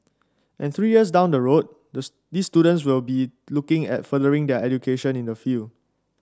and three years down the road the these students will be looking at furthering their education in the field